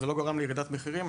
אבל זה לא גורם לירידת מחירים.